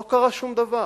לא קרה שום דבר.